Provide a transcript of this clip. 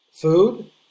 Food